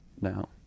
now